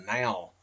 now